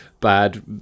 bad